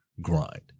grind